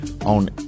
on